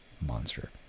Monster